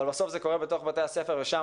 אבל בסוף זה קורה בתוך בתי הספר ושם